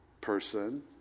person